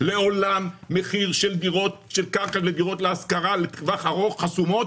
לעולם מחיר של דירות של קרקע לדירות להשכרה לטווח ארוך חסומות,